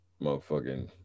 motherfucking